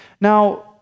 Now